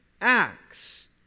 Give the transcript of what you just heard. acts